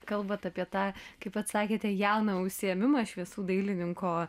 kalbat apie tą kaip pats sakėte jauną užsiėmimą šviesų dailininko